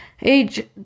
Age